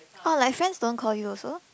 oh like friends don't call you also